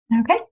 Okay